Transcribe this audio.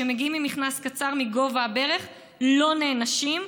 בנים שמגיעים עם מכנס קצר מגובה הברך לא נענשים,